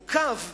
או קו,